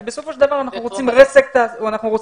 כי בסופו של דבר אנחנו רוצים רצף תעסוקתי.